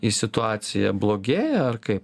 į situacija blogėja ar kaip